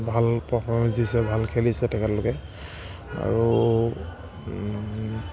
ভাল পাৰফৰ্মেঞ্চ দিছে ভাল খেলিছে তেখেতলোকে আৰু